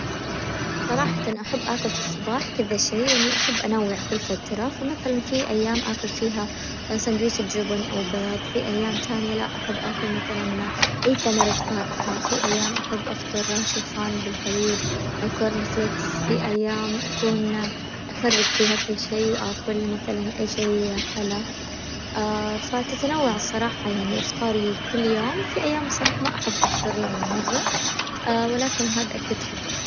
صراحةً أحب آكل في الصباح كذا شي يعني وأحب أنوع كل فترة، فمثلاً في أيام آكل فيها سندويشة جبن أو بيظ في أيام تانية أحب آكل مثلاً أي ثمرة فاكهة، في أيام أحب أفطر شوفان بالحليب أو كورنفليكس، في أيام أكون أخرب فيها كل شي وآكل مثلاً أي شي حلا، فتتنوع الصراحة يعني افطاري كل يوم في أيام بصراحة ما أحب أفطر يعني مرة ولكن هذا اكيد خطأ.